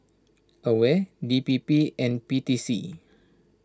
Aware D P P and P T C